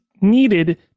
needed